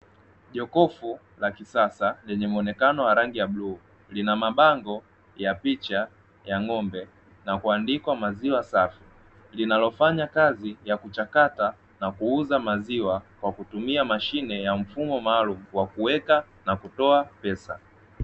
Jokofu la kisasa lenye muonekano wa rangi ya bluu lina mabango ya picha ya ng'ombe na kuandikwa "Maziwa safi", linalofanya kazi ya kuchakata na kuuza maziwa kwa kutumia mashine ya mfumo maalumu wa kuweka na kutoa pesa.